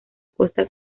costa